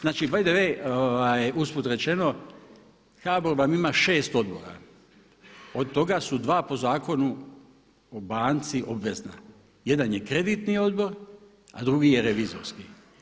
Znači by the way, usput rečeno HBOR vam ima 6 odbora, od toga su dva po zakonu o banci obvezna, jedan je kreditni odbor a drugi je revizorski.